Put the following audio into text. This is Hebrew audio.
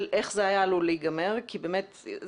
וזה לא הייתה פגיעה אחת של מכת"זית או שתי פגיעות או שלוש פגיעות.